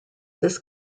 this